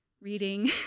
reading